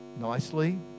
nicely